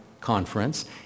conference